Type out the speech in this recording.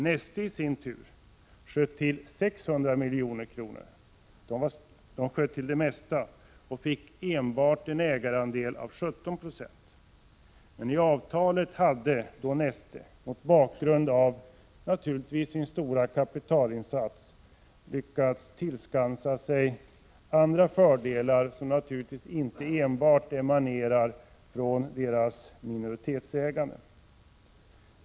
Neste i sin tur sköt till 600 milj.kr. — det mesta — men fick en ägarandel på enbart 17 20. I avtalet hade dock Neste, mot bakgrund av sin stora kapitalinsats, lyckats tillskansa sig andra fördelar som naturligtvis inte enbart emanerar från deras minoritetsägande.